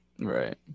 Right